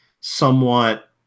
somewhat